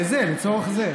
לצורך זה.